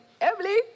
Emily